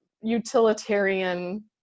utilitarian